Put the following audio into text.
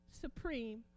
supreme